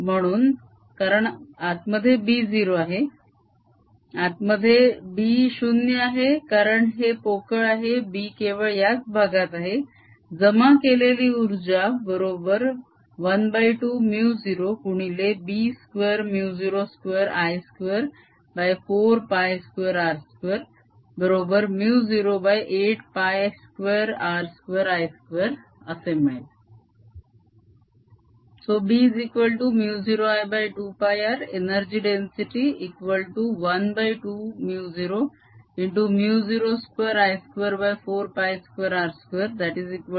म्हणून कारण आतमध्ये b 0 आहे आतमध्ये b 0 आहे कारण हे पोकळ आहे b केवळ याच भागात आहे जमा केलेली उर्जा बरोबर 12μ0 गुणिले b2 μ02 I24π2r2 बरोबर μ08π2r2I2 असे मिळेल